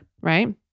right